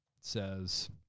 says